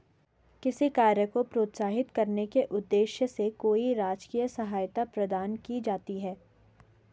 किसी कार्य को प्रोत्साहित करने के उद्देश्य से कोई राजकीय सहायता प्रदान की जाती है